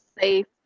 safe